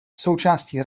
součástí